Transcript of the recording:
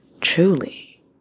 Truly